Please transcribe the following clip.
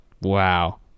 Wow